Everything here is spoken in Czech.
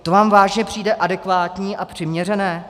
To vám vážně přijde adekvátní a přiměřené?